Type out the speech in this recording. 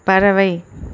பறவை